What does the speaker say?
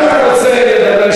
אם אתה רוצה לדבר,